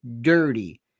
dirty